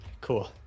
Cool